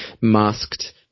masked